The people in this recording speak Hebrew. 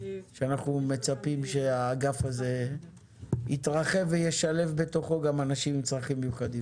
שאנחנו מצפים שהאגף הזה יתרחב וישלב בתוכו גם אנשים עם צרכים מיוחדים.